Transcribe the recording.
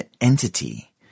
entity